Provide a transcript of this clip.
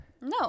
No